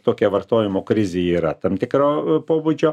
tokia vartojimo krizė yra tam tikro pobūdžio